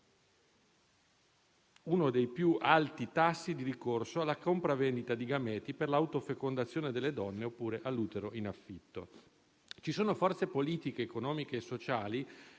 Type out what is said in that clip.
uno dei più alti tassi di ricorso alla compravendita di gameti per l'autofecondazione delle donne, oppure all'utero in affitto. Ci sono forze politiche, economiche e sociali